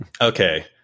Okay